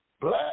black